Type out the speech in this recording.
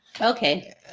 Okay